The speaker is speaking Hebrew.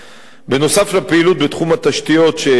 נוסף על פעילות בתחום התשתיות שהוזכרו,